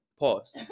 pause